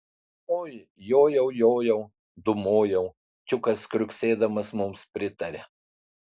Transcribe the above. oi jojau jojau dūmojau čiukas kriuksėdamas mums pritaria